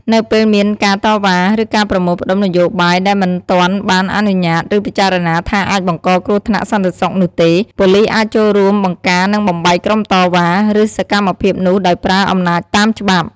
នៅពេលមានការតវ៉ា ឬការប្រមូលផ្តុំនយោបាយដែលមិនទាន់បានអនុញ្ញាត ឬពិចារណាថាអាចបង្កគ្រោះថ្នាក់សន្តិសុខនោះទេ ប៉ូលីសអាចចូលរួមបង្ការនិងបំបែកក្រុមតវ៉ា ឬសកម្មភាពនោះដោយប្រើអំណាចតាមច្បាប់។